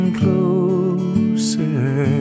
closer